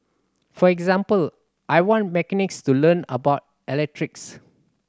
for example I want mechanics to learn about electrics